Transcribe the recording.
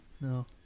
No